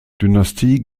dynastie